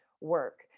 work